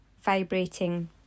vibrating